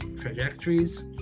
trajectories